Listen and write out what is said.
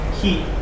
heat